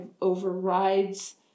overrides